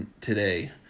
today